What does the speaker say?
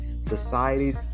societies